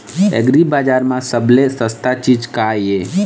एग्रीबजार म सबले सस्ता चीज का ये?